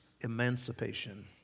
emancipation